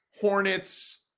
Hornets